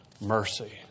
mercy